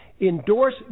endorse